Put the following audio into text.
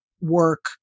work